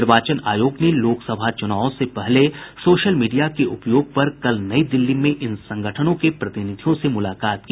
निर्वाचन आयोग ने चुनावों से पहले सोशल मीडिया के उपयोग पर कल नई दिल्ली में इन संगठनों के प्रतिनिधियों से मुलाकात की